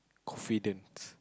confident